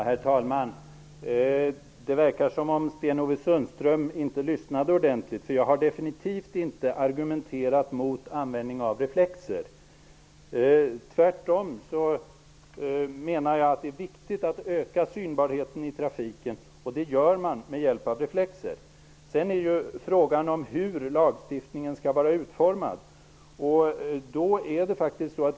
Herr talman! Det verkar som om Sten-Ove Sundström inte lyssnade ordentligt, för jag har definitivt inte argumenterat mot användning av reflexer. Tvärtom menar jag att det är viktigt att öka synbarheten i trafiken, vilket man gör med hjälp av reflexer. Frågan är sedan hur lagstiftningen skall utformas.